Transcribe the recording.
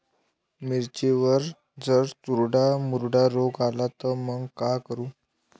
मिर्चीवर जर चुर्डा मुर्डा रोग आला त मंग का करू?